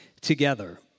together